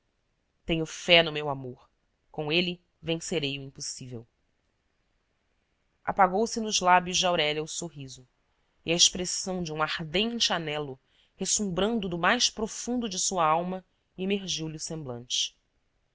tenho fé no meu amor com ele vencerei o impossível apagou-se nos lábios de aurélia o sorriso e a expressão de um ardente anelo ressumbrando do mais profundo de sua alma imergiu lhe o semblante